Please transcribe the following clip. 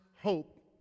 hope